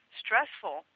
stressful